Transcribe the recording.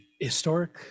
historic